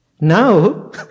Now